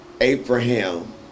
Abraham